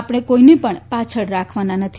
આપણે કોઈને પણ પાછળ રાખવાના નથી